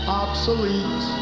obsolete